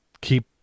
keep